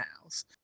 house